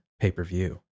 pay-per-view